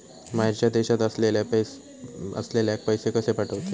बाहेरच्या देशात असलेल्याक पैसे कसे पाठवचे?